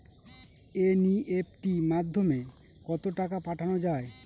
NEFT মাধ্যমে কত টাকা পাঠানো যায়?